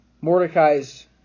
Mordecai's